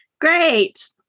Great